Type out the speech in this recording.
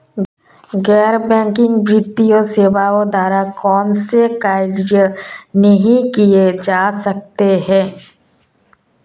गैर बैंकिंग वित्तीय सेवाओं द्वारा कौनसे कार्य नहीं किए जा सकते हैं?